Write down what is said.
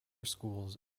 schools